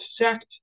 sect